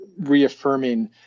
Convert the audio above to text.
reaffirming